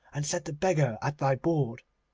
and set the beggar at thy board?